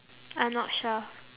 I'm not sure